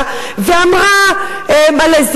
-- ואדם לוקח אותו ומשחית את הכול.